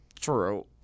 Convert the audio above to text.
True